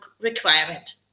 requirement